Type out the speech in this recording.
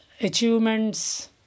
achievements